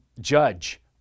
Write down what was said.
judge